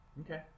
Okay